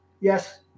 yes